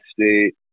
State